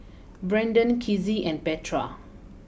Brandon Kizzie and Petra